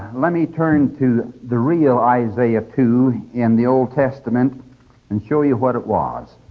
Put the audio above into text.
let me turn to the real isaiah two in the old testament and show you what it was.